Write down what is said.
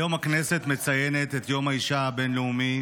היום הכנסת מציינת את יום האישה הבין-לאומי,